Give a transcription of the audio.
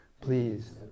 please